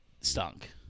stunk